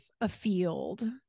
afield